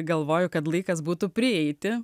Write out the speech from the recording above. galvoju kad laikas būtų prieiti